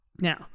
Now